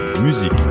musique